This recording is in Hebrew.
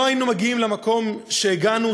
לא היינו מגיעים למקום שהגענו,